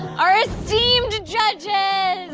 our esteemed judges